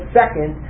second